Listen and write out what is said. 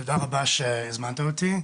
תודה רבה שהזמנתם אותי.